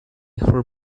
her